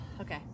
Okay